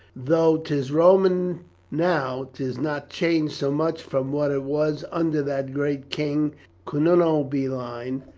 though tis roman now tis not changed so much from what it was under that great king cunobeline,